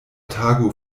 tago